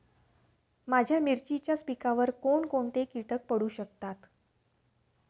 माझ्या मिरचीच्या पिकावर कोण कोणते कीटक पडू शकतात?